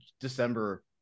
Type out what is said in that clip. December